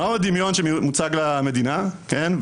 מהו הדמיון שמוצג למדינה, כן?